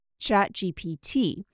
ChatGPT